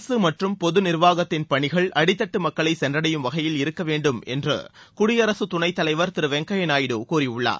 அரசு மற்றும் பொது நிர்வாகத்தின் பணிகள் அடித்தட்டு மக்களை சென்றடையும் வகையில் இருக்க வேண்டும் என்று குடியரசுத் துணைத் தலைவர் திரு வெங்கைய்யா நாயுடு கூறியுள்ளார்